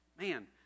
Man